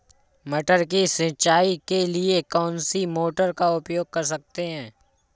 मटर की सिंचाई के लिए कौन सी मोटर का उपयोग कर सकते हैं?